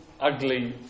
ugly